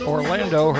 Orlando